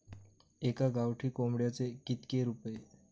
एका गावठी कोंबड्याचे कितके रुपये?